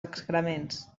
excrements